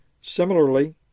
Similarly